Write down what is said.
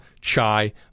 chai